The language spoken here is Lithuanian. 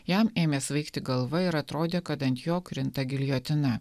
jam ėmė svaigti galva ir atrodė kad ant jo krinta giljotina